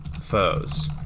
foes